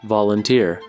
Volunteer